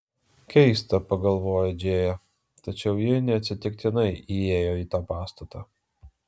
keista pagalvojo džėja tačiau ji neatsitiktinai įėjo į tą pastatą